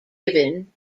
given